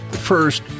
First